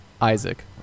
Isaac